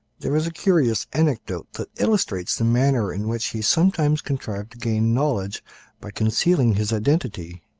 there is a curious anecdote that illustrates the manner in which he sometimes contrived to gain knowledge by concealing his identity.